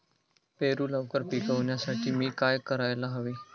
पेरू लवकर पिकवण्यासाठी मी काय करायला हवे?